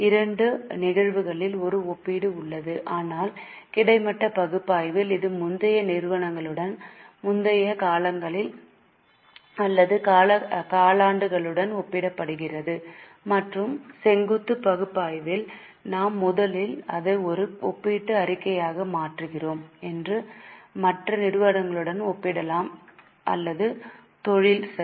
இரண்டு நிகழ்வுகளிலும் ஒரு ஒப்பீடு உள்ளது ஆனால் கிடைமட்ட பகுப்பாய்வில் இது முந்தைய நிறுவனங்களுடனான முந்தைய காலங்கள் அல்லது காலாண்டுகளுடன் ஒப்பிடுகிறது மற்றும் செங்குத்து பகுப்பாய்வில் நாம் முதலில் அதை ஒரு ஒப்பீட்டு அறிக்கையாக மாற்றுகிறோம் மற்ற நிறுவனங்களுடன் ஒப்பிடலாம் அல்லது தொழில் சரி